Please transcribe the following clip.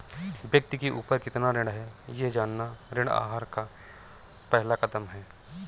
व्यक्ति के ऊपर कितना ऋण है यह जानना ऋण आहार का पहला कदम है